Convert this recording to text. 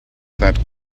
that